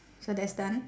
so that's done